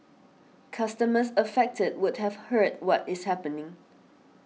customers affected would have heard what is happening